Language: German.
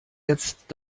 jetzt